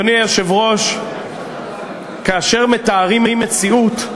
אדוני היושב-ראש, כאשר מתארים מציאות,